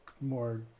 more